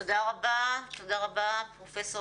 תודה, תודה רבה פרופ'